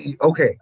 Okay